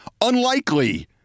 unlikely